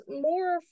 more